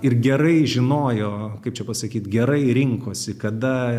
ir gerai žinojo kaip čia pasakyt gerai rinkosi kada